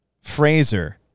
Fraser